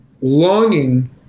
longing